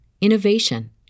innovation